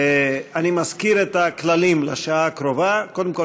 אני מזכיר את הכללים לשעה הקרובה: קודם כול,